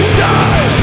die